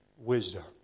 Wisdom